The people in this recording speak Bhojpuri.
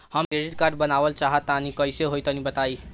हम क्रेडिट कार्ड बनवावल चाह तनि कइसे होई तनि बताई?